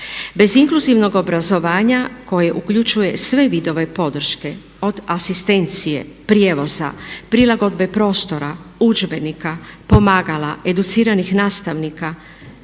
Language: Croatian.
Bez inkluzivnog obrazovanja koji uključuje sve vidove podrške od asistencije, prijevoza, prilagodbe prostora, udžbenika, pomagala, educiranih nastavnika